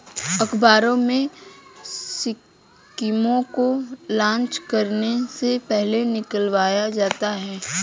अखबारों में स्कीमों को लान्च करने से पहले निकलवाया जाता है